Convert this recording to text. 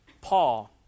Paul